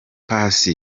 paccy